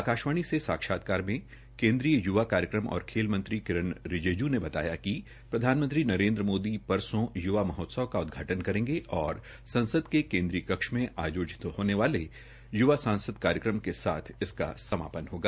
आकाशवाणी से साक्षात्कार में केन्द्रीय य्वा कार्यक्रम और खेल मंत्री किरेन रिजिजू ने बताया कि प्रधानमंत्री नरेन्द्र मोदी परसो य्वा महोत्सव का उदघाटन् करेंगे और संसद के केन्द्रीय कक्ष में आयोजित होने वाले य्वा सांसद कार्यक्रम के साथ इसका समापन होगा